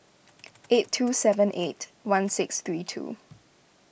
eight two seven eight one six three two